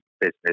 business